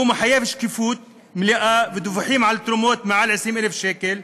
והוא מחייב שקיפות מלאה ודיווחים על תרומות מעל 20,000 שקל,